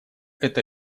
эта